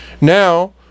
now